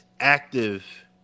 active